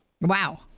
Wow